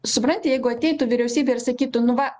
supranti jeigu ateitų vyriausybė ir sakytų nu va